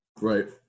Right